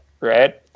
Right